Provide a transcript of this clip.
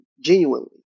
Genuinely